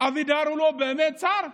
אבידר הוא לא באמת שר,